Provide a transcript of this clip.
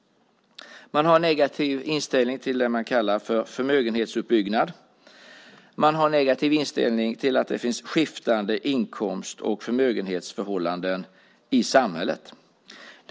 Man har negativ inställning till det man kallar för förmögenhetsuppbyggnad. Man har negativ inställning till att det finns skiftande inkomst och förmögenhetsförhållanden i samhället.